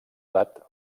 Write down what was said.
edat